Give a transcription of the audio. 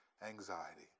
anxiety